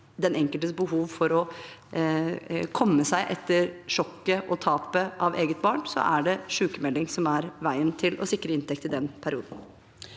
den enkeltes behov for å komme seg etter sjokket og tapet av eget barn, er det sykmelding som er veien til å sikre inntekt i den perioden.